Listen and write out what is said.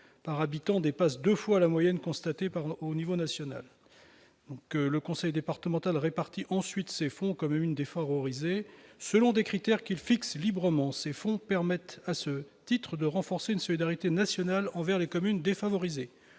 par habitant dépassent deux fois la moyenne constatée au niveau national. Le conseil départemental répartit ensuite ces fonds aux communes défavorisées du département selon des critères qu'il fixe librement. Ces fonds permettent à ce titre de renforcer une solidarité nationale envers les communes défavorisées.